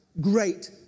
great